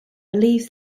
believes